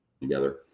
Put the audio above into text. together